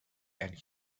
and